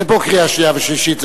אין פה קריאה שנייה ושלישית.